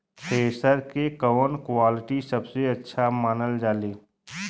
Thresher के कवन quality सबसे अच्छा मानल जाले?